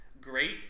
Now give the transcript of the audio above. Great